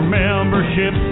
membership